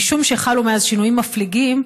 משום שחלו מאז שינויים מפליגים,